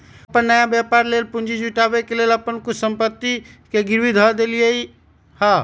हम अप्पन नयका व्यापर लेल पूंजी जुटाबे के लेल अप्पन कुछ संपत्ति के गिरवी ध देलियइ ह